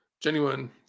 genuine